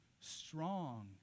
strong